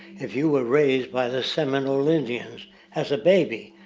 if you were raised by the seminole indians as a baby,